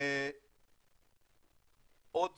עוד